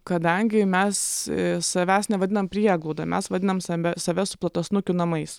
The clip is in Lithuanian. kadangi mes savęs nevadinam prieglauda mes vadinam same save suplotasnukių namais